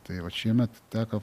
tai vat šiemet teko